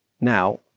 Now